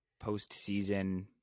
postseason